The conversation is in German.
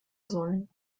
sollen